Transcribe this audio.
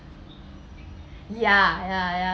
ya ya ya